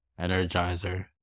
energizer